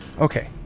Okay